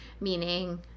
meaning